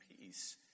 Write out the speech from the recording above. peace